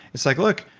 it's like look,